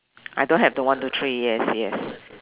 I don't have the one two three yes yes